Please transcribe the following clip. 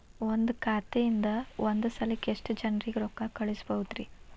ಒಂದ್ ಖಾತೆಯಿಂದ, ಒಂದ್ ಸಲಕ್ಕ ಎಷ್ಟ ಜನರಿಗೆ ರೊಕ್ಕ ಕಳಸಬಹುದ್ರಿ?